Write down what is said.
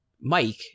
Mike